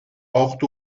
acht